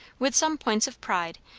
with some points of pride,